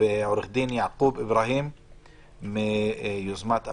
בעורך הדין יעקוב איברהים מיוזמת אברהם.